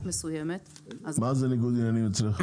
מסוימת --- מה זה ניגוד עניינים מבחינתך?